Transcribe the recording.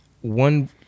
one